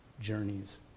journeys